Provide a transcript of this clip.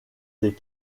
des